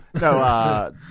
No